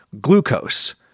glucose